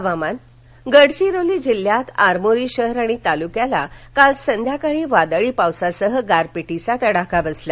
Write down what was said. हवामान गडचिरोली गडघिरोली जिल्ह्यात आरमोरी शहर आणि तालुक्याला काल संध्याकाळी वादळी पावसासह गारपीटीचा तडाखा बसला